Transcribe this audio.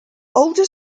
older